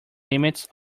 limits